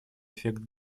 эффект